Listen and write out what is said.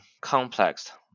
complex